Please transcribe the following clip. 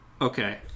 Okay